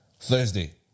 Thursday